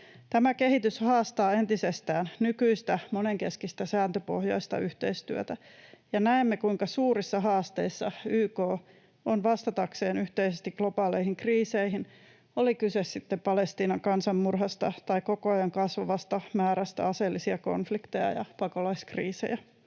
Tämä kehitys haastaa entisestään nykyistä monenkeskistä, sääntöpohjaista yhteistyötä, ja näemme, kuinka suurissa haasteissa YK on vastatakseen yhteisesti globaaleihin kriiseihin, oli kyse sitten Palestiinan kansanmurhasta tai koko ajan kasvavasta määrästä aseellisia konflikteja ja pakolaiskriisejä.